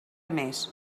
més